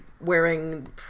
wearing